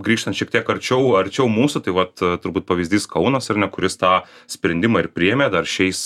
grįžtant šiek tiek arčiau arčiau mūsų tai vat turbūt pavyzdys kaunas ar ne kuris tą sprendimą ir priėmė dar šiais